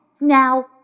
Now